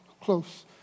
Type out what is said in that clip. close